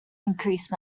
increase